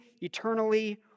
eternally